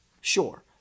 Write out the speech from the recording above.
sure